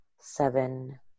seven